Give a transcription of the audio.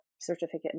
certificate